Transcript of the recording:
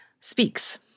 Speaks